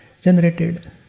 generated